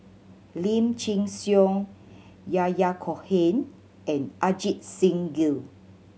Lim Chin Siong Yahya Cohen and Ajit Singh Gill